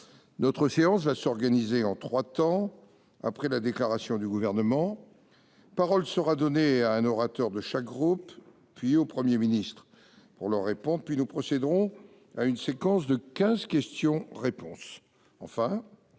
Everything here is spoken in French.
Notre séance s'organisera en trois temps : après la déclaration du Gouvernement, la parole sera donnée à un orateur de chaque groupe, puis au Premier ministre pour leur répondre ; ensuite se déroulera une séquence de quinze questions-réponses ; enfin,